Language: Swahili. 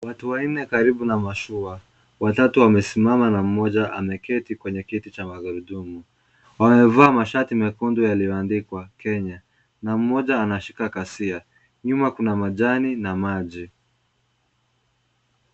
Watu wanne karibu na mashua, watatu wamesimama na mmoja ameketi kwenye kiti cha magurudumu. Wamevaa mashati mekundu yaliyoandikwa Kenya na mmoja anashika kasia. Nyuma kuna majani na maji.